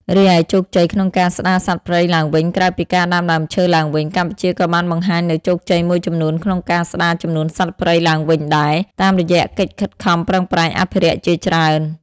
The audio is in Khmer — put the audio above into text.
រីឯជោគជ័យក្នុងការស្ដារសត្វព្រៃឡើងវិញក្រៅពីការដាំដើមឈើឡើងវិញ កម្ពុជាក៏បានបង្ហាញនូវជោគជ័យមួយចំនួនក្នុងការស្ដារចំនួនសត្វព្រៃឡើងវិញដែរ តាមរយៈកិច្ចខិតខំប្រឹងប្រែងអភិរក្សជាច្រើន។